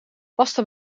pasta